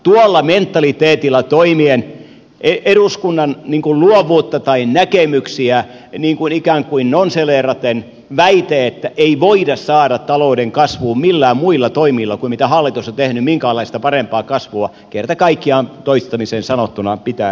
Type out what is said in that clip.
tuolla mentaliteetilla toimiminen eduskunnan luovuuden tai näkemysten ikään kuin nonsaleeraaminen väite että ei voida saada talouteen millään muilla toimilla kuin niillä mitä hallitus on tehnyt minkäänlaista parempaa kasvua pitää kerta kaikkiaan ja toistamiseen sanottuna heittää nurkkaan